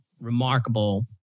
remarkable